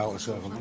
בבקשה.